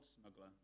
smuggler